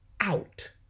out